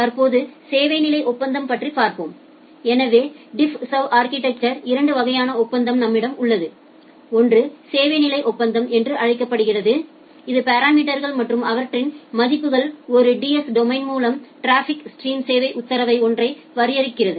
தற்போது சேவை நிலை ஒப்பந்தம் பற்றி பார்ப்போம் எனவே டிஃப் சர்வ் அா்கிடெக்சரின் இரண்டு வகையான ஒப்பந்தம் நம்மிடம் உள்ளது ஒன்று சேவை நிலை ஒப்பந்தம் என்று அழைக்கப்படுகிறது இது பாராமீட்டர்கள் மற்றும் அவற்றின் மதிப்புகள் ஒரு டிஎஸ் டொமைன் மூலம் டிராபிக் ஸ்ட்ரீம்க்கு சேவை உத்தரவு ஒன்றை வரையறுக்கிறது